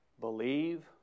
believe